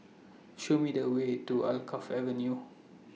Show Me The Way to Alkaff Avenue